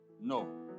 No